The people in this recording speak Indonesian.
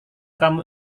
kamu